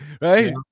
right